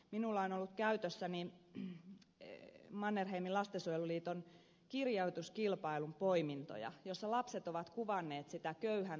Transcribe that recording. minulla on ollut käytössäni mannerheimin lastensuojeluliiton kirjoituskilpailun poimintoja joissa lapset ovat kuvanneet sitä köyhän lapsiperheen arkea